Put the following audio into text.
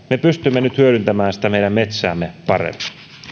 me pystymme nyt hyödyntämään sitä meidän metsäämme paremmin